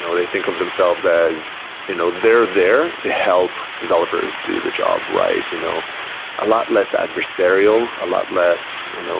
they think of themselves as you know they're there to help developers do the job right. you know a lot less adversarial. a lot less you know